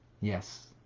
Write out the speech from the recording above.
Yes